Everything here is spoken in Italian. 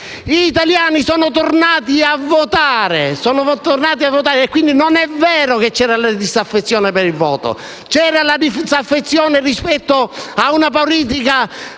Gli italiani sono tornati a votare, quindi non è vero che c'era una disaffezione per il voto. C'era la disaffezione rispetto a una politica